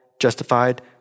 justified